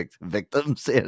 victims